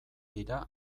dira